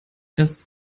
das